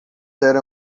era